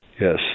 Yes